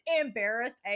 embarrassed